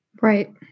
right